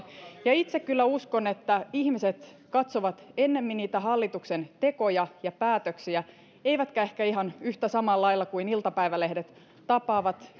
itse kyllä uskon että ihmiset katsovat ennemmin niitä hallituksen tekoja ja päätöksiä eivätkä ehkä ihan samalla lailla kuin iltapäivälehdet tapaavat